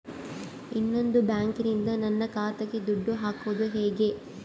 ಇನ್ನೊಂದು ಬ್ಯಾಂಕಿನಿಂದ ನನ್ನ ಖಾತೆಗೆ ದುಡ್ಡು ಹಾಕೋದು ಹೇಗೆ?